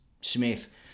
smith